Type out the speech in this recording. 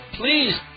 please